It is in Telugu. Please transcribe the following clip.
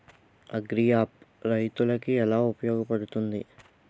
అగ్రియాప్ రైతులకి ఏలా ఉపయోగ పడుతుంది?